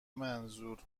منظور